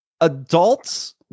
adults